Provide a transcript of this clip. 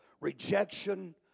rejection